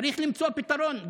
צריך למצוא פתרון.